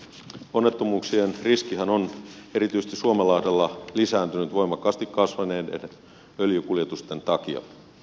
onnettomuuksien riskihän on erityisesti suomenlahdella lisääntynyt voimakkaasti kasvaneiden öljykuljetusten takia